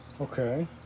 Okay